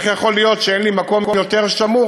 איך יכול להיות שאין לי מקום יותר שמור